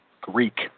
Greek